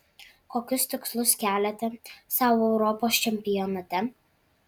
kokius tikslus keliate sau europos čempionate